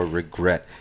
regret